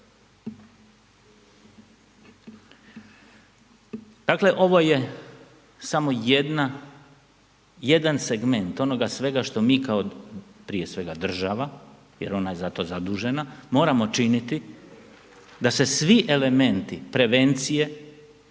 Dakle, ovo je samo jedna, jedan segment onoga svega što mi kao prije svega država, jer ona je za to zadužena, moramo činiti da se svi elementi prevencije